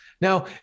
Now